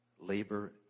labor